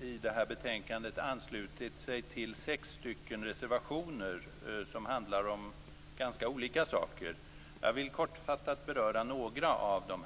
i betänkandet anslutit sig till sex stycken reservationer, som handlar om ganska olika saker. Jag skall kortfattat beröra några av dem.